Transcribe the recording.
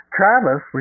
Travis